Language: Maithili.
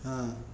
हँ